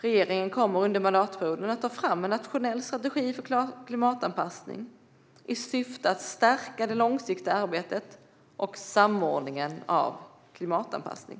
Regeringen kommer under mandatperioden att ta fram en nationell strategi för klimatanpassning i syfte att stärka det långsiktiga arbetet och samordningen av klimatanpassning.